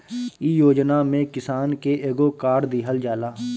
इ योजना में किसान के एगो कार्ड दिहल जाला